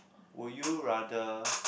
would you rather